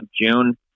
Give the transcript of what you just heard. June